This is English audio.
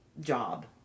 job